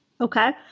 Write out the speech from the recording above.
Okay